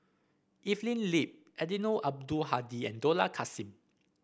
Evelyn Lip Eddino Abdul Hadi and Dollah Kassim